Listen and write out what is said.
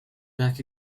back